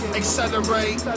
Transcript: accelerate